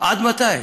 עד מתי?